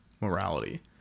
morality